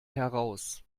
heraus